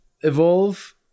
evolve